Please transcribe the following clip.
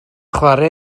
chwarae